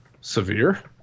severe